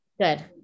good